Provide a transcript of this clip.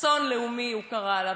"אסון לאומי", הוא קרא לה.